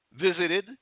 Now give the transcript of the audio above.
visited